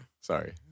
Sorry